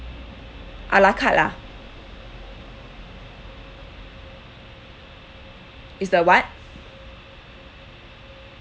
a la carte ah is the what